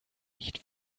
nicht